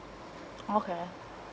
okay